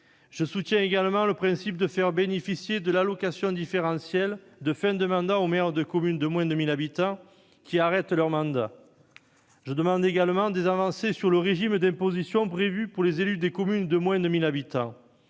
Je soutiens également le fait d'accorder le bénéfice de l'allocation différentielle de fin de mandat aux maires de communes de moins de 1 000 habitants dont le mandat s'arrête. Je demande également des avancées sur le régime d'imposition prévu pour les élus de communes de moins de 1 000 habitants.